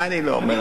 אני לא אומר,